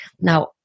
now